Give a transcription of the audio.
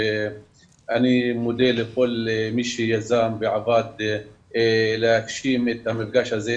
אני מודה לכל מי שיזם ועבד להגשים את המפגש הזה,